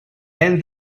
and